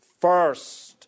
first